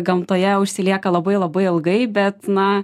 gamtoje užsilieka labai labai ilgai bet na